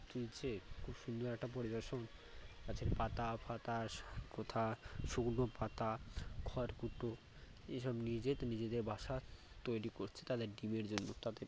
তুলছে খুব সুন্দর একটা পরিবেশন গাছের পাতা ফাতা কোথায় শুকনো পাতা খড়কুটো এই সব নিয়ে যেয়ে তো নিজেদের বাসা তৈরি করছে তাদের ডিমের জন্য তাদের